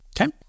okay